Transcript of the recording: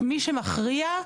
מי שמכריע,